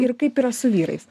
ir kaip yra su vyrais